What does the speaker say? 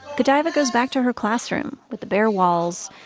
godaiva goes back to her classroom, with the bare walls,